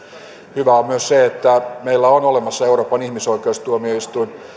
hyvää on myös se että meillä on olemassa euroopan ihmisoikeustuomioistuin